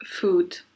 food